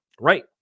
Right